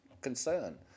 concern